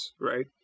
Right